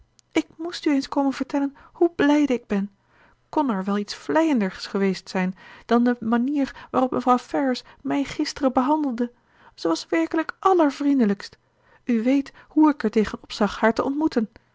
ik moest u eens komen vertellen hoe blijde ik ben kon er wel iets vleiender geweest zijn dan de manier waarop mevrouw ferrars mij gisteren behandelde ze was werkelijk allervriendelijkst u weet hoe ik er tegen opzag haar te ontmoeten